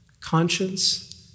conscience